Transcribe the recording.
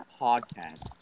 podcast